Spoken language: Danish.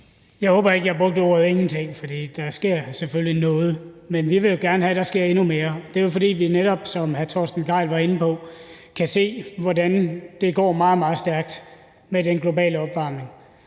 Jeg håber ikke, jeg brugte ordet ingenting, for der sker selvfølgelig noget. Men vi vil jo gerne have, at der sker endnu mere. Det er jo, fordi vi netop, som hr. Torsten Gejl var inde på, kan se, hvordan det går meget, meget stærkt med den globale opvarmning.